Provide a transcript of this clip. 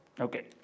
Okay